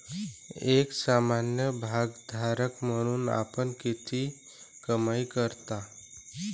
एक सामान्य भागधारक म्हणून आपण किती कमाई करता?